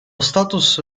status